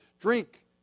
Drink